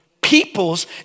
peoples